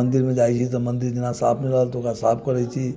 मन्दिरमे जाइत छी तऽ मन्दिर जेना साफ नहि रहल तऽ ओकरा साफ करैत छी